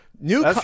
New